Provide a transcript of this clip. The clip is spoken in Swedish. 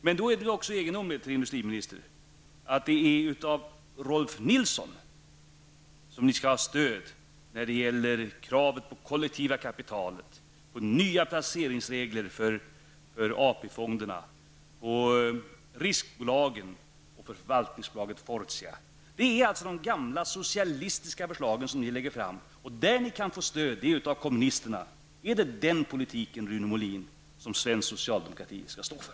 Men det är ändå egendomligt, industriministern, att regeringen måste ha stöd av Rolf L Nilson när det gäller krav på ett kollektivt kapital, nya placeringsregler för AP-fonderna, för riskbolagen och för förvaltningsbolaget Fortia. Regeringen lägger fram de gamla socialistiska förslagen, och där kan regeringen få stöd av kommunisterna. Är det den politiken, Rune Molin, som svensk socialdemokrati skall stå för?